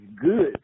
good